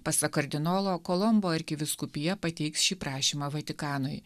pasak kardinolo kolombo arkivyskupija pateiks šį prašymą vatikanui